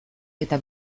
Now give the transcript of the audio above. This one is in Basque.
eta